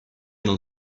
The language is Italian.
non